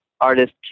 artist